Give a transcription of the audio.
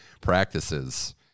practices